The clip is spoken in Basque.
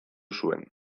zuen